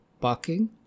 parking